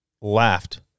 laughed